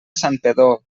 santpedor